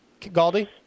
Galdi